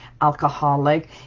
alcoholic